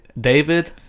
David